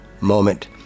moment